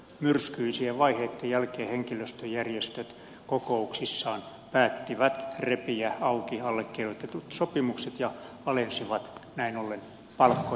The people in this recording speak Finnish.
myrskyisien vaiheitten jälkeen henkilöstöjärjestöt kokouksissaan päättivät repiä auki allekirjoitetut sopimukset ja alensivat näin ollen palkkojaan